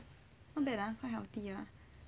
not bad ah quite healthy ah